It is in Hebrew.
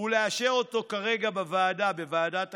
ולאשר אותו כרגע בוועדה", בוועדת הכספים,